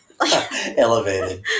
elevated